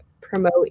promote